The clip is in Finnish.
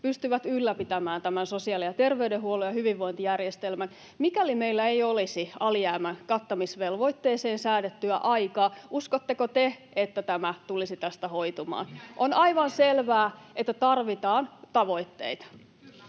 pystyvät ylläpitämään sosiaali- ja terveydenhuollon ja hyvinvointijärjestelmän, niin mikäli meillä ei olisi alijäämänkattamisvelvoitteeseen säädettyä aikaa, uskotteko te, että tämä tulisi tästä hoitumaan? On aivan selvää, että tarvitaan tavoitteita.